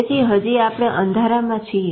તેથી હજી આપણે અંધારામાં છીએ